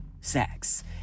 sex